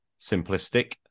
simplistic